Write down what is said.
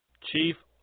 Chief